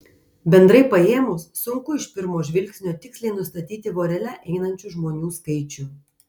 bendrai paėmus sunku iš pirmo žvilgsnio tiksliai nustatyti vorele einančių žmonių skaičių